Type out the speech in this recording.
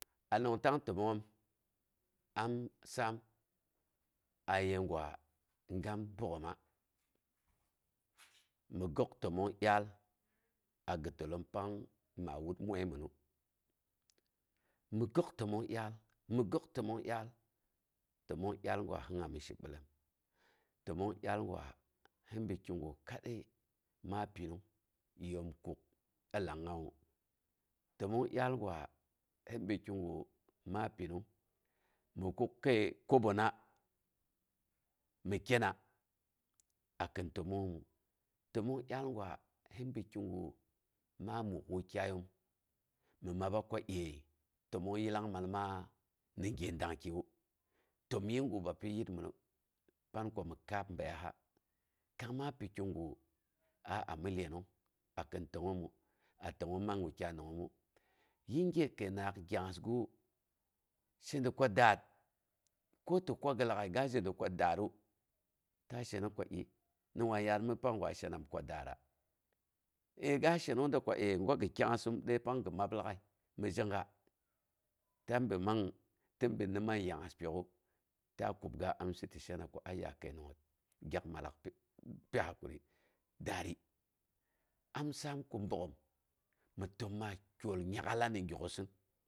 A nongtang təmongngoom am saam aye gwa gam bogghoma mi gok təmong dyaal a gi təllom nang ma wut mwai mɨnu, mi gok təmong dyal, mi gok təmong dyal. Təmong dyal gira si anni shi bilom. Temong dyal gira si bi kigu kadai maa pinung yəyom kuk ilangngawu təmong dyal gwa hi bi kigu ma pinung mi kuk kəi kobona mi kyena a kin təmongngoma temong dyaal gwa hi bi kigu maa muk wukyaiyoom mi maba ko əi, təmong yillangmal maa ni gye dangkiwu təmyii gu bapyi yitminu, pan ko mi ka ab bəiyaha. Kang ma pi kigu aami iyenong a kin təmongngomu a tangngoom man wukyai nangngoomu. Yinge kəinangaganu ngyangngasgawu sheda ko da- at, ko tɨ kwaga lag'ai, ga zheda ko daatru, ta shenong ko ii ni wan yaat mi panggwa shenam ko da- atra? Əəi ga shenong da ko gi kyangngasum dai pang gi mab lagai. Mɨn zhega tɨn binna tɨn binna man yangngas pyok'u ta kub ga amsɨ ti shena ko aiya kəinangngoot ayak mallaaak pi hakuri, daari am saam ko bogghom mi təm ma tol nyak'ala mi gyak'osin.